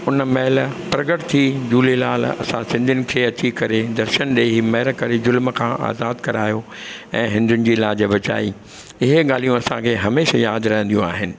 उन महिल प्रगट थी झूलेलाल असां सिंधीयुनि खे अची करे दर्शन ॾेई महिर करे ज़ुल्म खां आज़ादु करायो ऐं हिंदुनि जी लाजु बचाई इहे ॻाल्हियूं असांखे हमेशह यादि रहंदियूं आहिनि